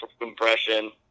compression